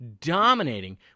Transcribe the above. dominating